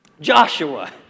Joshua